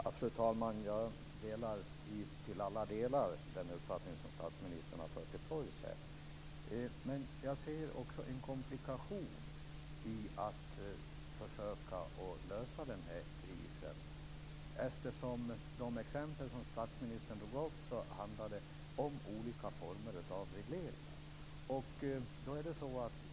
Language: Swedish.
Fru talman! Jag delar till alla delar den uppfattning som statsministern har fört till torgs här. Jag ser också en komplikation i att försöka att lösa den här krisen. De exempel som statsministern tog upp handlar om olika former av regleringar.